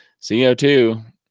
CO2